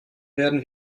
werden